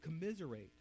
commiserate